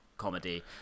comedy